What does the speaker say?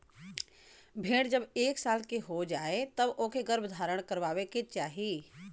भेड़ जब एक साल के हो जाए तब ओके गर्भधारण करवाए के चाही